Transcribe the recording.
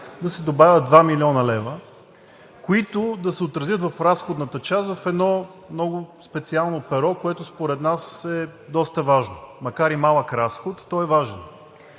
да се добавят 2 млн. лв., които да се отразят в разходната част в едно много специално перо, което според нас е доста важно – макар и малък разход, той е важен.